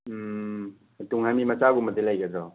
ꯇꯨꯡꯍꯟꯕꯤ ꯃꯆꯥꯒꯨꯝꯕꯗꯤ ꯂꯩꯒꯗ꯭ꯔꯣ